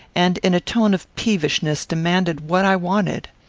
and, in a tone of peevishness, demanded what i wanted.